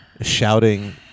shouting